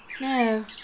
No